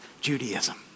Judaism